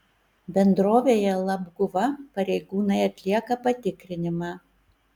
bendrovėje labguva pareigūnai atlieka patikrinimą